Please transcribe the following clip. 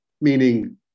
meaning